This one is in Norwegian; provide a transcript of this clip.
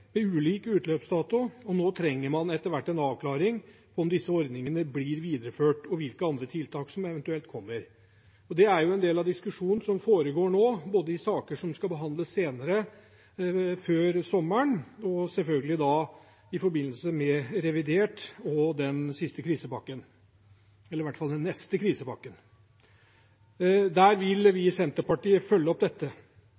med ulike utløpsdatoer, og nå trenger man etter hvert en avklaring på om disse ordningene blir videreført og hvilke andre tiltak som eventuelt kommer. Det er en del av den diskusjonen som foregår nå, både i saker som skal behandles senere, før sommeren, og selvfølgelig i forbindelse med revidert nasjonalbudsjett og i forbindelse med den siste krisepakken – eller i hvert fall den neste krisepakken. Der vil